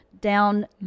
down